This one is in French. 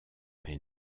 mais